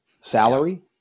Salary